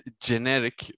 generic